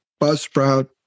buzzsprout